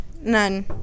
none